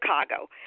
Chicago